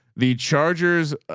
the chargers.